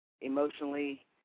Emotionally